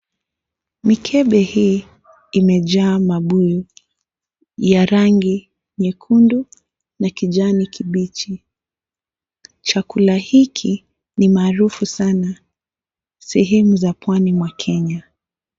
Mikebe hi imejaa mabuyu ya rangi nyekundu na kijani kibichi, chakula hiki ni marufu sana sehemu za pwani mwa Kenya.